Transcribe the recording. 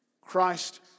Christ